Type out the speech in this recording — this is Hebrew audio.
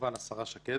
וכמובן את השרה שקד.